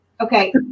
Okay